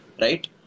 Right